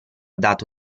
dato